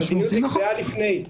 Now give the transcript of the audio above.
המדיניות נקבעה לפני.